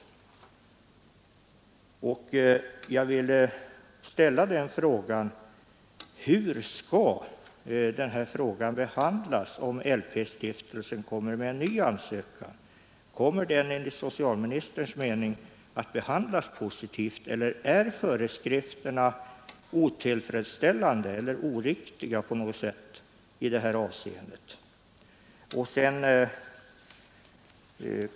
Jag vill ställa frågan: Hur blir det, om LP-stiftelsen kommer med en ny ansökan? Kommer ärendet enligt socialministerns mening att behandlas positivt, eller är föreskrifterna otillfredsställande eller oriktiga på något sätt i det här avseendet?